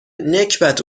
نکبت